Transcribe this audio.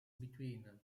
between